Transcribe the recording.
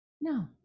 No